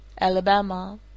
Alabama